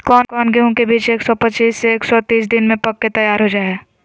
कौन गेंहू के बीज एक सौ पच्चीस से एक सौ तीस दिन में पक के तैयार हो जा हाय?